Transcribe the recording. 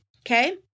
Okay